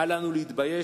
אל לנו להתבייש.